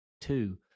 Two